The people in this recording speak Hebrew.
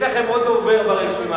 יש לך עוד דובר ברשימה,